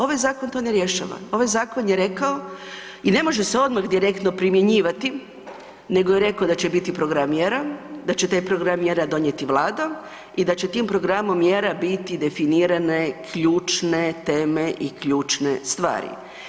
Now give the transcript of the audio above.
Ovaj zakon to ne rješava, ovaj zakon je rekao i ne može se odmah direktno primjenjivati nego je reko da će biti program mjera, da će taj program mjera donijeti Vlada i da će tim programom mjera biti definirane ključne teme i ključne stvari.